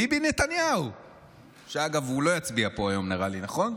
ביבי נתניהו, שאגב, לא יצביע פה היום, נכון?